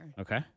Okay